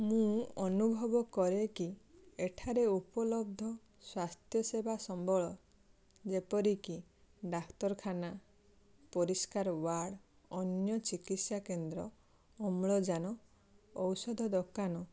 ମୁଁ ଅନୁଭବ କରେକି ଏଠାରେ ଉପଲବ୍ଧ ସ୍ଵାସ୍ଥସେବା ସମ୍ବଳ ଯେପରିକି ଡାକ୍ତରଖାନା ପରିସ୍କାର ୱାଡ଼ ଅନ୍ୟ ଚିକିତ୍ସାକେନ୍ଦ୍ର ଅମ୍ଳଜାନ ଔଷଧ ଦୋକାନ